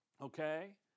okay